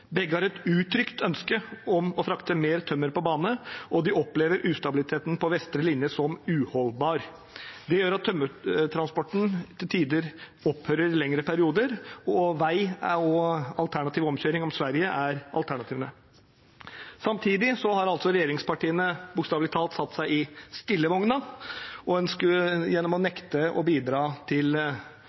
Begge har et uttrykt ønske om å frakte mer tømmer på bane, men de opplever ustabiliteten på vestre linje som uholdbar. Det gjør at tømmertransporten til tider opphører i lengre perioder, og omkjøring om Sverige på vei er alternativet. Samtidig har altså regjeringspartiene bokstavelig talt satt seg i stillevogna ved å nekte å bidra til